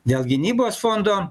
dėl gynybos fondo